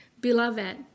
Beloved